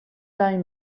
din